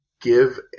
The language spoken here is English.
give